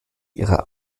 ihrer